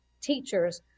teachers